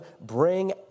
bring